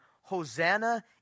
Hosanna